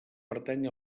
pertany